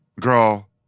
Girl